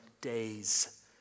days